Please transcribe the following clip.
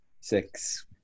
six